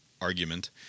argument